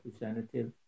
representative